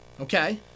Okay